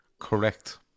Correct